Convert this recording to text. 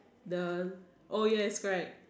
the oh yes right